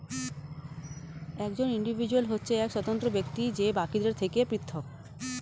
একজন ইন্ডিভিজুয়াল হচ্ছে এক স্বতন্ত্র ব্যক্তি যে বাকিদের থেকে পৃথক